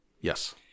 Yes